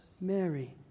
Mary